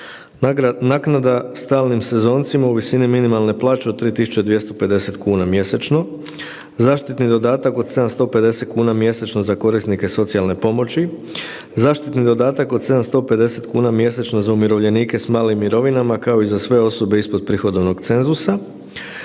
Naknada stalnim sezoncima u visini minimalne plaće od 3.250 kuna mjesečno, zaštitni dodatak od 750 kuna mjesečno za korisnike socijalne pomoći, zaštitni dodatak od 750 kuna mjesečno za umirovljenike s malim mirovinama kao i za sve osobe ispod prihodovnog cenzusa,